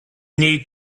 need